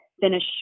finish